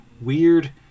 weird